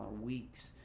weeks